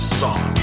song